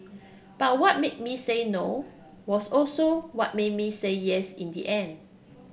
but what made me say no was also what made me say yes in the end